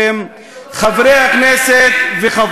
חברי הכנסת וחברות הכנסת,